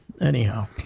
anyhow